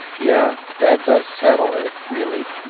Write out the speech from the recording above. yeah. that does settle it really.